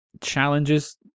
challenges